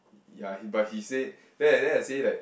ya he but he say then I then I say like